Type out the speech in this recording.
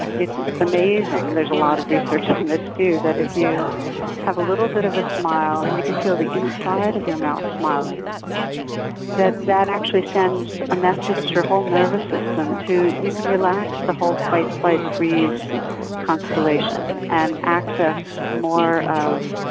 it's amazing. there's a lot of research on this, too that, if you have a little bit of a smile on and you can feel the inside of your mouth smiling that that actually sends a message to your whole nervous system that you can relax the whole fight-flight-freeze constellation and access more of,